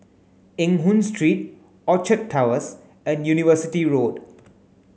Eng Hoon Street Orchard Towers and University Road